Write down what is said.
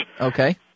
Okay